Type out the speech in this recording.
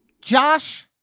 Josh